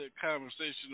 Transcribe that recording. conversation